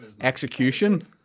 execution